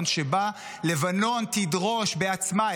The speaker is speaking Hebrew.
שבה לבנון תדרוש בעצמה,